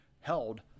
held